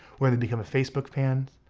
whether they become a facebook fan,